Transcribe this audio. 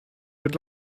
mit